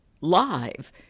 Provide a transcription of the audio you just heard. live